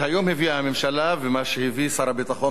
מה שהיום הביאה הממשלה ומה שהביא שר הביטחון ברק זה